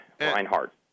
Reinhardt